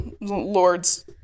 lord's